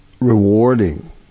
rewarding